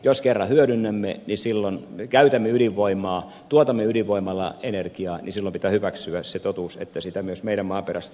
jos kerran käytämme ydinvoimaa tuotamme ydinvoimalla energiaa niin silloin pitää hyväksyä se totuus että sitä myös meidän maaperästämme otetaan